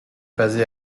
basé